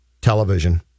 Television